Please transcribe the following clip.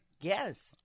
Yes